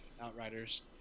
outriders